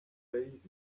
daisies